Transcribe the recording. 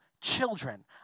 children